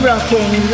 Rocking